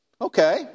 Okay